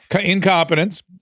incompetence